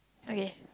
okay